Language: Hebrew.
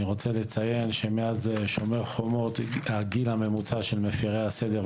אני רוצה לציין שמאז שומר חומות הגיל הממוצע של מפרי הסדר,